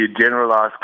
generalized